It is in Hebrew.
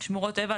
שמורות טבע,